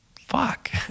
fuck